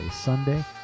Sunday